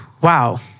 wow